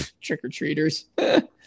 trick-or-treaters